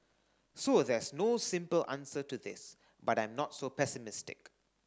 so there's no simple answer to this but I'm not so pessimistic